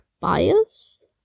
bias